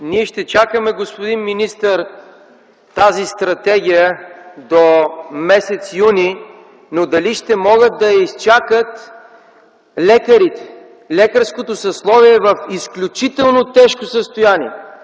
Ние ще чакаме, господин министър, тази стратегия до м. юни, но дали ще могат да я изчакат лекарите? Лекарското съсловие е в изключително тежко състояние.